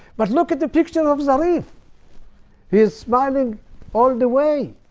but look at the picture of zarif. he is smiling all the way.